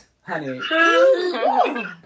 honey